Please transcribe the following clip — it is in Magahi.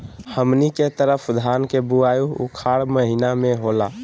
हमनी के तरफ धान के बुवाई उखाड़ महीना में होला